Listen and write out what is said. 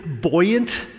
buoyant